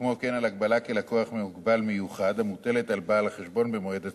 וכמו כן על הגבלה כלקוח מוגבל מיוחד המוטלת על בעל החשבון במועד הצירוף.